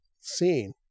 seen